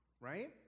right